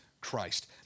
Christ